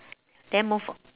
then move o~